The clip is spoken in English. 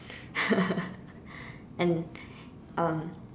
and um